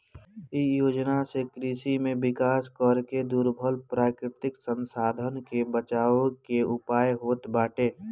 इ योजना से कृषि में विकास करके दुर्लभ प्राकृतिक संसाधन के बचावे के उयाय होत बाटे